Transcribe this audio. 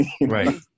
Right